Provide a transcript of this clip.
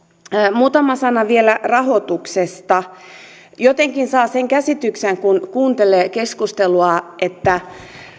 muutama sana vielä rahoituksesta jotenkin saa sen käsityksen kun kuuntelee keskustelua että